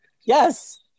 Yes